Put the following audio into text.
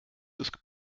disk